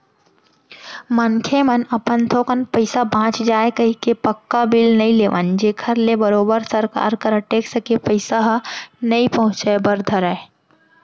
मनखे मन अपन थोकन पइसा बांच जाय कहिके पक्का बिल नइ लेवन जेखर ले बरोबर सरकार करा टेक्स के पइसा ह नइ पहुंचय बर धरय